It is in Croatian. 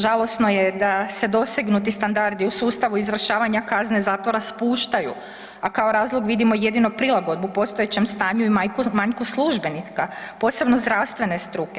Žalosno je da se dosegnuti standardi u sustavu izvršavanja kazne zatvora spuštaju, a kao razlog vidimo jedino prilagodbu postojećem stanju i manjku službenika, posebno zdravstvene struke.